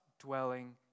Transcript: dwelling